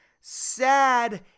sad